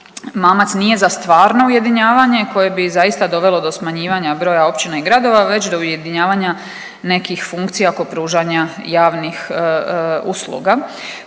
mamac nije za stvarno ujedinjavanje koje bi zaista dovelo do smanjivanja broja općina i gradova već do ujedinjavanja nekih funkcija oko pružanja javnih usluga.